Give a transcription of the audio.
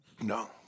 No